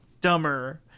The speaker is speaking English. dumber